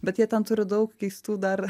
bet jie ten turi daug keistų dar